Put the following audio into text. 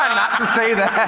not to say that?